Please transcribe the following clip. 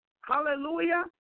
hallelujah